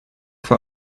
for